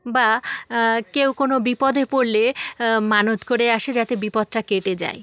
বা কেউ কোনো বিপদে পড়লে মানত করে আসে যাতে বিপদটা কেটে যায়